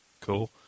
Cool